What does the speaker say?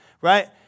right